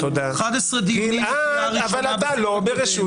11 דיונים בקריאה הראשונה ב-